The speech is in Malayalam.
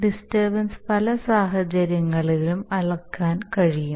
ഡിസ്റ്റർബൻസ് പല സാഹചര്യങ്ങളിലും അളക്കാൻ കഴിയും